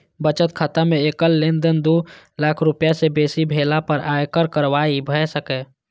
बचत खाता मे एकल लेनदेन दू लाख रुपैया सं बेसी भेला पर आयकर कार्रवाई भए सकैए